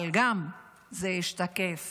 אבל זה ישתקף